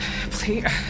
Please